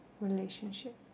relationship